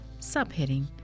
Subheading